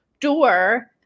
door